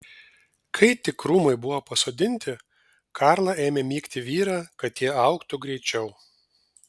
kai tik krūmai buvo pasodinti karla ėmė mygti vyrą kad tie augtų greičiau